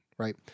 Right